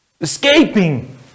escaping